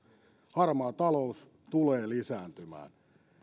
harmaa talous tulee lisääntymään